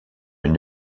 une